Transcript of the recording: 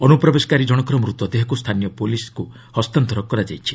ଅନୁପ୍ରବେଶକାରୀ ଜଣକର ମୃତଦେହକୁ ସ୍ଥାନୀୟ ପୁଲିସ୍କୁ ହସ୍ତାନ୍ତର କରାଯାଇଛି